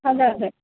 അതെ അതെ